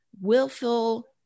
willful